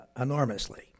enormously